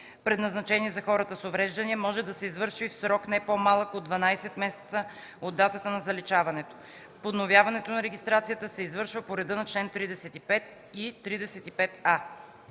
предназначени за хората с увреждания, може да се извърши в срок, не по-малък от 12 месеца от датата на заличаването. Подновяването на регистрацията се извършва по реда на чл. 35 и 35а.”